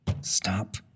Stop